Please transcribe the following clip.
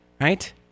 right